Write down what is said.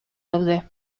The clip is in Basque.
daude